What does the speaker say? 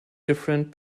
different